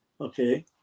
okay